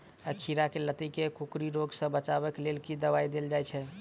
खीरा केँ लाती केँ कोकरी रोग सऽ बचाब केँ लेल केँ दवाई देल जाय छैय?